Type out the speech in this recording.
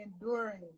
enduring